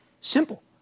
Simple